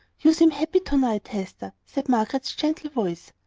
you seem happy to-night, hester, said margaret's gentle voice.